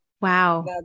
Wow